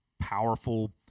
powerful